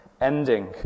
ending